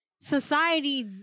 society